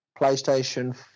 PlayStation